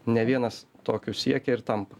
ne vienas tokiu siekia ir tampa